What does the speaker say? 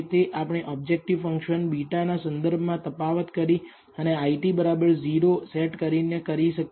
તે આપણે objective function β ના સંદર્ભમાં તફાવત કરી અને it0 સેટ કરીને કરી શકીએ